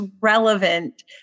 relevant